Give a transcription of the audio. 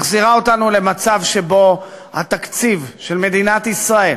מחזירה אותנו למצב שבו התקציב של מדינת ישראל